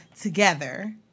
together